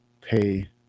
pay